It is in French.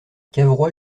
cavrois